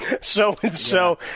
so-and-so